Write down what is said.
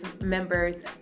members